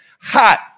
hot